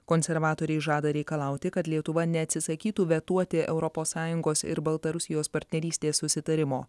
konservatoriai žada reikalauti kad lietuva neatsisakytų vetuoti europos sąjungos ir baltarusijos partnerystės susitarimo